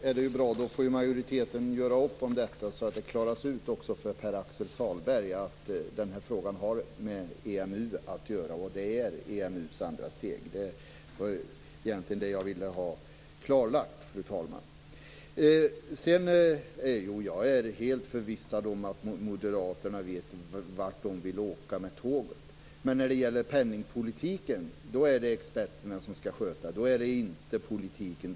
Fru talman! Då får majoriteten göra upp om detta så att det klaras ut också för Pär-Axel Sahlberg att den här frågan har med EMU att göra och att det är EMU:s andra steg. Det var egentligen det jag ville ha klarlagt, fru talman. Jag är helt förvissad om att moderaterna vet vart de vill åka med tåget. Men penningpolitiken är det experterna som skall sköta, inte politiken.